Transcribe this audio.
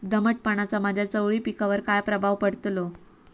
दमटपणाचा माझ्या चवळी पिकावर काय प्रभाव पडतलो?